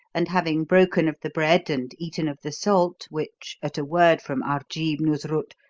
and having broken of the bread and eaten of the salt which, at a word from arjeeb noosrut,